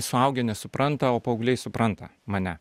suaugę nesupranta o paaugliai supranta mane